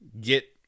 get